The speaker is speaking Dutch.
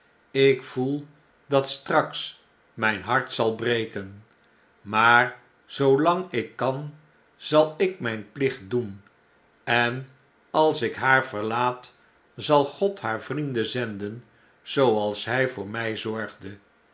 ik voel dat straks mjjn hart zal breken maar zoolang ik kan zal ik mjjn plicht doen en als ik haar verlaat zal god haar vrienden zenden zooals hy voor mij zorgde